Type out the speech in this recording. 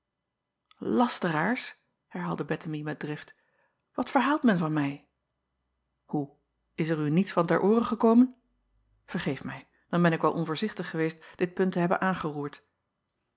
asteraars herhaalde ettemie met drift wat verhaalt men van mij oe is er u niets van ter oore gekomen ergeef mij dan ben ik wel onvoorzichtig geweest dit punt te hebben aangeroerd